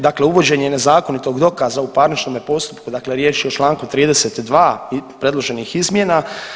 Dakle, uvođenje nezakonitog dokaza u parničnome postupku, dakle riječ je o članku 32. predloženih izmjena.